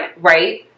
right